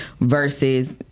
versus